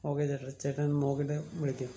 okay ചേട്ടാ ചേട്ടൻ നോക്കിയിട്ട് വിളിക്ക്